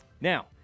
now